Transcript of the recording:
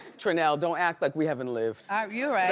tranelle, don't act like we haven't lived. you're right.